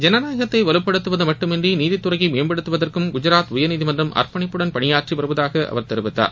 ஜனநாயகத்தை வலுப்படுத்துவது மட்டுமன்றி நீதித்துறையை மேம்படுத்துவதற்கும் குஜராத் உயர்நீதிமன்றம் அ்ப்பணிப்புடன் பணியாற்றி வருவதாக அவர் தெரிவித்தார்